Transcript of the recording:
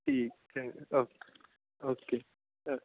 ਠੀਕ ਚੰਗਾ okay okay ਓ